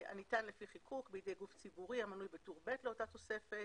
הניתן לפי חיקוק בידי גוף ציבורי המנוי בטור ב' לאותה תוספת,